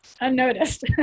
unnoticed